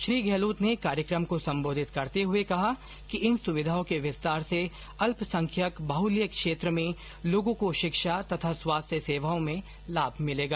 श्री गहलोत ने कार्यक्रम को सम्बोधित करते हए कहा कि इन सुविधाओं के विस्तार से अल्पसंख्यक बाहल्य क्षेत्र में लोगों को शिक्षा तथा स्वास्थ्य सेवाओं में लाभ मिलेगा